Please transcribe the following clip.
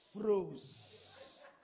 froze